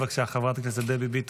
חברת הכנסת דבי ביטון.